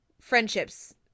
friendships